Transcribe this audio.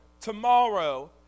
Tomorrow